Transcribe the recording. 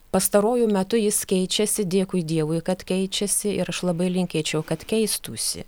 pastaruoju metu jis keičiasi dėkui dievui kad keičiasi ir aš labai linkėčiau kad keistųsi